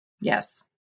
yes